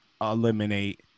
eliminate